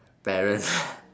parents